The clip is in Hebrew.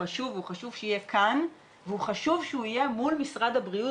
חשוב וחשוב שהוא יהיה כאן והוא חשוב שהוא יהיה מול משרד הבריאות